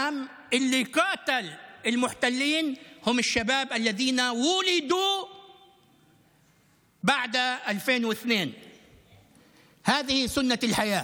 הזאת מי שנלחם בכובשים היו הצעירים שנולדו אחרי 2002. אלו החיים,